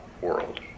world